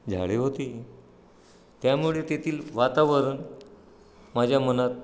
झाडे होती त्यामुळे तेथील वातावरण माझ्या मनात